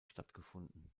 stattgefunden